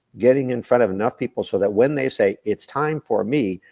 getting in front of enough people, so that when they say, it's time for me,